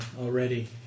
already